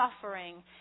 suffering